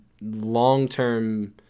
long-term